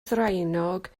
ddraenog